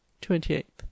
twenty-eighth